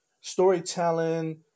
storytelling